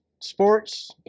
sports